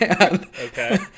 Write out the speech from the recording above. Okay